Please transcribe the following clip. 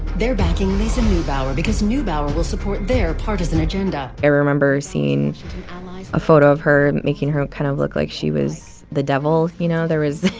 they're backing lisa neubauer because neubauer will support their partisan agenda i remember seeing a photo of her, making her kind of look like she was the devil, you know? there was,